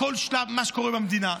בכל שלב של מה שקורה במדינה.